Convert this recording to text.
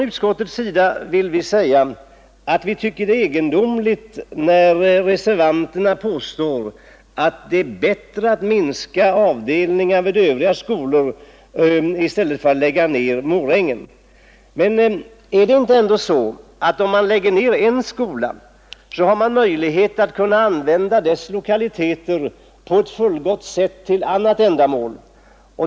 Utskottet tycker det är egendomligt när reservanterna påstår att det är bättre att minska avdelningarna vid övriga skolor än att lägga ned Morängen. Men om man lägger ned en skola, får man ju möjlighet att använda dess lokaliteter på ett fullgott sätt för annat ändamål.